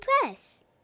Press